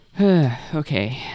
Okay